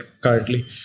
currently